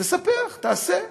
תספח, תעשה.